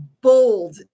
bold